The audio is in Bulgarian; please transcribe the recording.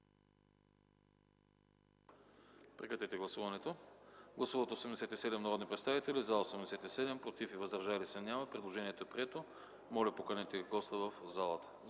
предложение. Гласували 87 народни представители: за 87, против и въздържали се няма. Предложението е прието. Моля, поканете госта в залата.